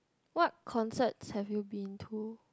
what concerts have you been to